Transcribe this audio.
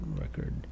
record